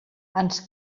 ens